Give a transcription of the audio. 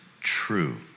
true